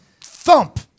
thump